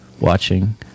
watching